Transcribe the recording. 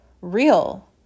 real